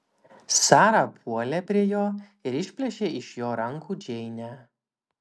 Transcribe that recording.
sara puolė prie jo ir išplėšė iš jo rankų džeinę